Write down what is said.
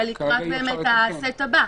אלא לקראת הסט הבא,